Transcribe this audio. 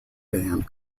band